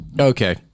Okay